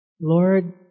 Lord